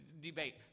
Debate